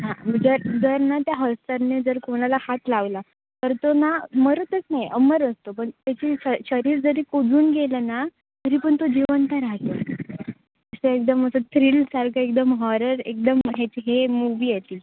हां म्हणजे जर ना त्या हस्तरने जर कोणाला हात लावला तर तो ना मरतच नाही अमर असतो पण त्याची शरीर जरी कुजून गेलं ना तरी पण तो जिवंत राहतो असं एकदम असं थ्रीलसारखं एकदम हॉरर एकदम ह्याची हे मूवी आहे ती